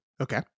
okay